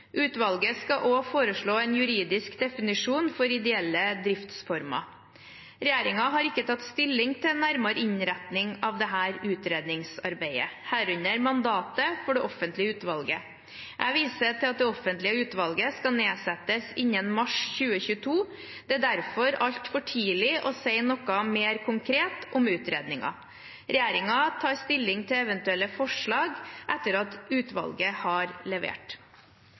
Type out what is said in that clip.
Utvalget skal også foreslå en juridisk definisjon for ideelle driftsformer. Regjeringen har ikke tatt stilling til nærmere innretning av dette utredningsarbeidet, herunder mandatet for det offentlige utvalget. Jeg viser til at det offentlige utvalget skal nedsettes innen mars 2022. Det er derfor altfor tidlig å si noe mer konkret om utredningen. Regjeringen tar stilling til eventuelle forslag etter at utvalget har levert.